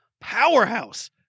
powerhouse